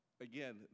Again